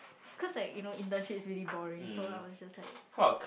cause like you know internship is really boring so I was just like